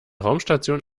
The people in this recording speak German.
raumstation